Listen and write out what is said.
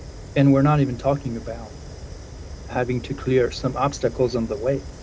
and we're not even talking about having to clear some obstacles in the way.